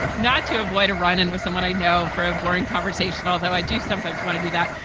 not to avoid a run in with someone i know for a boring conversation, although i do sometimes want to do that.